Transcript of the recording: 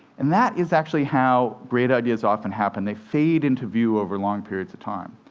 and that is, actually, how great ideas often happen they fade into view over long periods of time.